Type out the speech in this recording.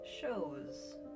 shows